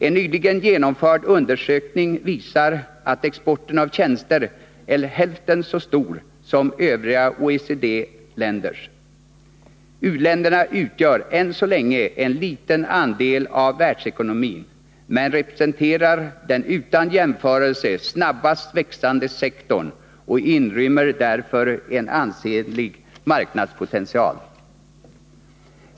En nyligen genomförd undersökning visar att exporten av tjänster är hälften så stor som övriga OECD-länders. U länderna svarar än så länge för en liten andel av världsekonomin, men representerar den utan jämförelse snabbast växande sektorn och inrymmer därför en ansenlig marknadspotential.